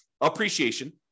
Appreciation